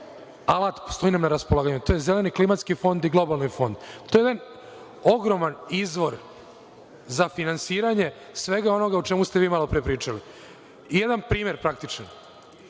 alat koji je na raspolaganju. To je jedan zeleni klimatski fond i globalni fond. To je jedan ogroman izvor za finansiranje svega onoga o čemu ste vi malopre pričali. Jedan primer, praktično.